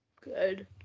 Good